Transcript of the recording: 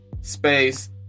space